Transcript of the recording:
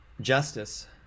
justice